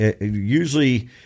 Usually